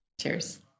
Cheers